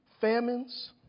famines